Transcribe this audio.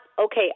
Okay